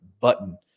button